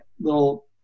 little